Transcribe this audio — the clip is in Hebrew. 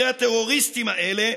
לא ככה נלחמים בטרור ולא ככה נלחמים